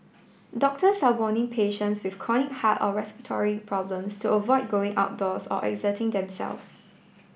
doctors are warning patients with chronic heart or respiratory problems to avoid going outdoors or exerting themselves